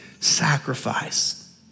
sacrifice